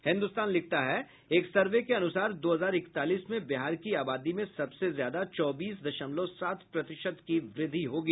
हिन्दुस्तान लिखता है एक सर्वे के अनुसार दो हजार इकतालीस में बिहार की आबादी में सबसे ज्यादा चौबीस दशमलव सात प्रतिशत की वृद्धि होगी